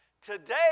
Today